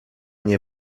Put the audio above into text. nie